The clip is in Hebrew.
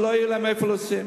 שלא יהיה להם איפה לשים.